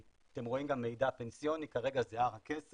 אתם רואים גם מידע פנסיוני, כרגע זה הר הכסף